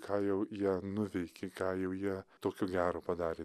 ką jau jie nuveikė ką jau jie tokio gero padarė